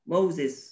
Moses